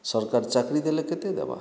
ସରକାର୍ ଚାକିରୀ ଦେଲେ କେତେ ଦବା